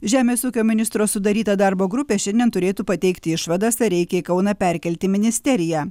žemės ūkio ministro sudaryta darbo grupė šiandien turėtų pateikti išvadas ar reikia į kauną perkelti ministeriją